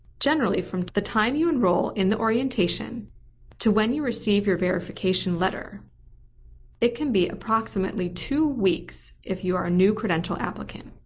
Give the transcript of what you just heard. generally, from the time you enroll in the orientation to when you receive your verification letter it can be approximately two weeks if you are a new credential applicant.